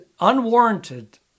unwarranted